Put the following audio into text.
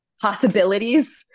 possibilities